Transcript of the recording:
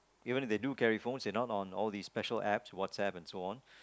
even if you do carry phones they are not on these special apps WhatsApp and so on